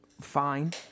fine